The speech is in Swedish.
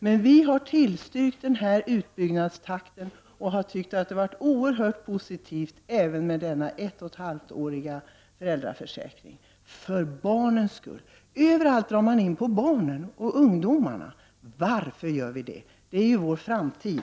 Men vi har tillstyrkt den föreslagna utbyggnadstakten och ansett att det för barnens skull är oerhört positivt även med en utökning till 18 månader. Det är alltid barnen och ungdomarna som drabbas av åtstramningarna. Varför är det så? Barnen och ungdomarna är ju vår framtid.